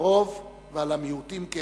לרוב ולמיעוטים כאחד.